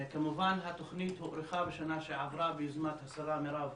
כמובן שהתוכנית הוארכה בשנה שעברה ביוזמת השרה מירב